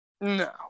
No